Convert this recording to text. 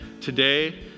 today